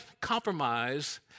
Compromise